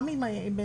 גם אם הבן-אדם,